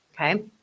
Okay